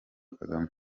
kagame